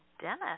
Dennis